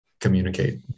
communicate